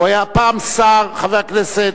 הוא היה פעם שר, חבר הכנסת.